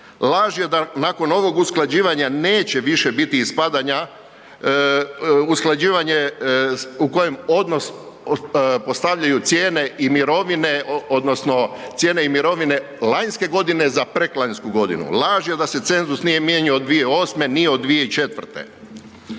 Laž je da nakon ovog usklađivanja neće više biti ispadanja usklađivanje u kojem odnos postavljaju cijene i mirovine odnosno cijene i mirovine lanjske godine za preklanjsku godinu. Laž je da se cenzus nije mijenjao od 2008.nije od 2004.